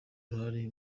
uruhare